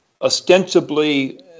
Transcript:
ostensibly